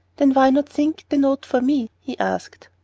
then why not think the note for me? he asked.